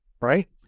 Right